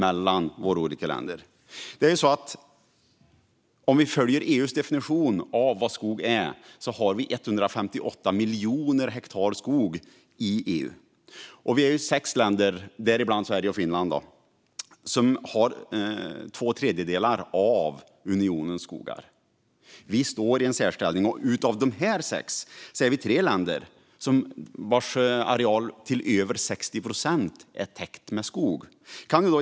Enligt EU:s definition av skog har EU 158 miljoner hektar skog. Sex länder, däribland Sverige och Finland, har två tredjedelar av unionens skogar och står i en särställning. Av dessa sex är det tre länder vars areal till över 60 procent täcks av skog.